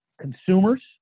consumers